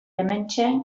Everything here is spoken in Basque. hementxe